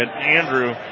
Andrew